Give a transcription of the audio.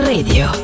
Radio